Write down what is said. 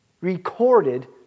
recorded